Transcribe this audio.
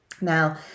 Now